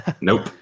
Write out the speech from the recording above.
nope